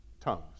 tongues